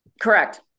Correct